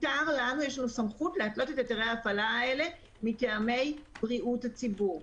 לנו יש סמכות להתלות את היתרי ההפעלה האלה מטעמי בריאות הציבור.